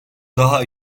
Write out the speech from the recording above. daha